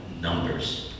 numbers